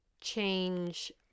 change